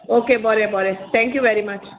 okay बोरें बोरें thank you very much